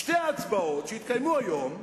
שתי הצבעות שהתקיימו היום,